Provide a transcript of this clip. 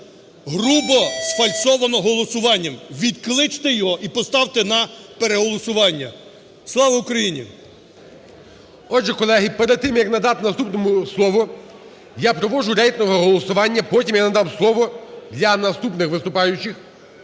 грубо сфальшовано голосуванням, відкличте його і поставте на переголосування. Слава Україні! ГОЛОВУЮЧИЙ. Отже, колеги, перед тим, як надати наступному слово, я проводжу рейтингове голосування, потім я надам слово для наступних виступаючих.